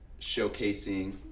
showcasing